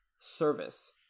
service